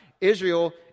Israel